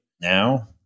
now